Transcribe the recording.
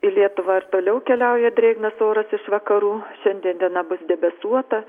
į lietuvą ir toliau keliauja drėgnas oras iš vakarų šiandien diena bus debesuota